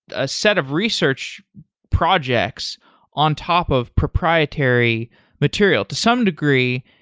a set of research projects on top of proprietary material. to some degree,